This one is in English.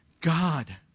God